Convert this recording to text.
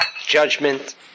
judgment